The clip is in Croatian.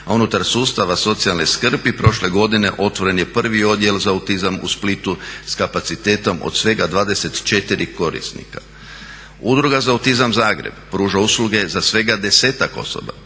a unutar sustava socijalne skrbi prošle godine otvoren je prvi odjel za autizam u Splitu s kapacitetom od svega 24 korisnika. Udruga za autizam Zagreb pruža usluge za svega 10-ak osoba,